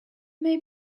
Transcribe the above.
made